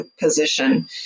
position